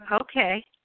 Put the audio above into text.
Okay